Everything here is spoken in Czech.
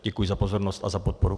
Děkuji za pozornost a za podporu.